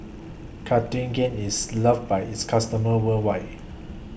Cartigain IS loved By its customers worldwide